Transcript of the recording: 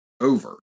over